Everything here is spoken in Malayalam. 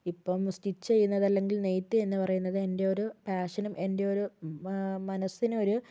ഇപ്പം സ്റ്റിച്ച് ചെയ്യുന്നത് അല്ലെങ്കിൽ നെയ്ത്ത് എന്ന് പറയുന്നത് എൻ്റെ ഒരു പേഷനും എൻ്റെ ഒരു മാ മനസ്സിനൊരു